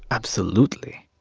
absolutely